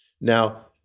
Now